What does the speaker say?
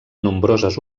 nombroses